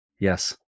yes